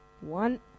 one